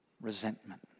resentment